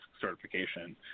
certification